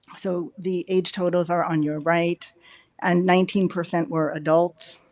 so, the age totals are on your right and nineteen percent were adults.